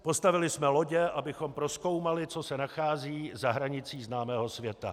Postavili jsme lodě, abychom prozkoumali, co se nachází za hranicí známého světa.